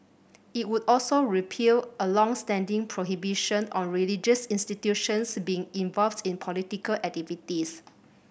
it would also repeal a long standing prohibition on religious institutions being involved in political activities